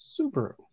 subaru